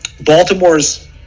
Baltimore's